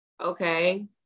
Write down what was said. okay